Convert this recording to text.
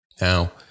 Now